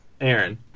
Aaron